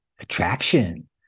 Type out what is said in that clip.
attraction